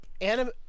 Anime